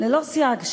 ללא סייג,